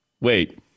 wait